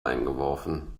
eingeworfen